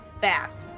fast